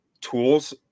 tools –